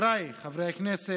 אחד למוצר